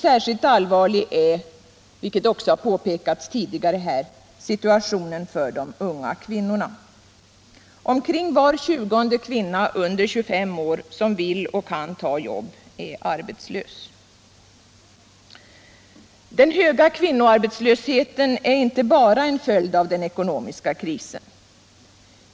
Särskilt allvarlig är — det har också påpekats tidigare här — situationen för de unga kvinnorna. Omkring var tjugonde kvinna under 25 år, som vill och kan ta jobb, är arbetslös. Den höga kvinnoarbetslösheten är inte bara en följd av den ekonomiska krisen.